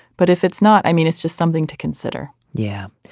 but if it's not i mean it's just something to consider yeah.